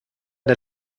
der